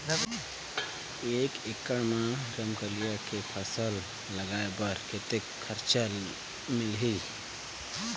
एक एकड़ मा रमकेलिया के फसल लगाय बार कतेक कर्जा मिलही?